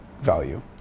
value